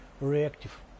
reactive